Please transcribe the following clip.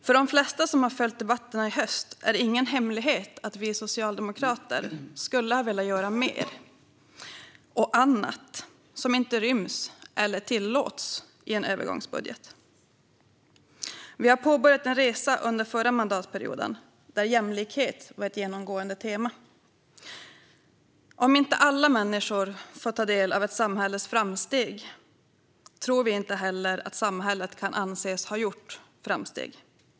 För de flesta som har följt debatterna i höst är det ingen hemlighet att vi socialdemokrater skulle ha velat göra mer och annat som inte ryms eller tillåts i en övergångsbudget. Under den förra mandatperioden påbörjade vi en resa där jämlikhet är ett genomgående tema. Om inte alla människor får ta del av ett samhälles framsteg tror vi inte heller att samhället kan anses ha gjort framsteg.